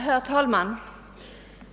Herr talman!